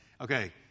okay